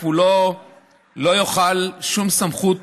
הוא לא יוכל, שום סמכות